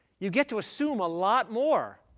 you get to assume a lot more.